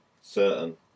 certain